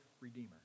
redeemer